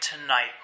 tonight